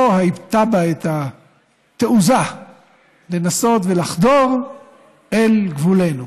לא הייתה בה התעוזה לנסות ולחדור אל גבולנו.